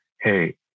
hey